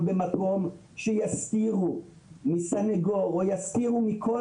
במקום שיסתירו מסניגור או יסתירו מכל